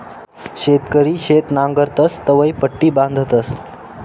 शेतकरी शेत नांगरतस तवंय पट्टी बांधतस